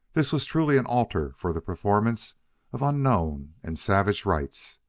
this was truly an altar for the performance of unknown and savage rites,